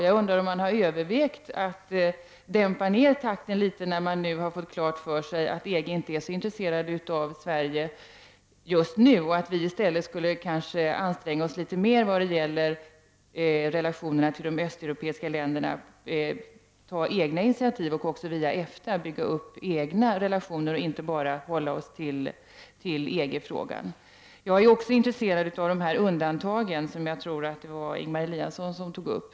Jag undrar om man har övervägt att dämpa takten litet när man nu har fått klart för sig att EG inte är så intresserat av Sverige just nu. Vi skulle anstränga oss litet mera när det gäller relationerna till de östeuropeiska länderna. Vi borde kanske ta egna initiativ och via EFTA bygga upp egna relationer och inte bara hålla oss till EG-frågan. Jag är också intresserad av de här undantagen, som jag tror att det var Ingemar Eliasson som tog upp.